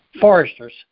foresters